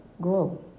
Grow